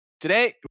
today